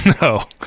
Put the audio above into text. No